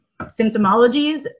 symptomologies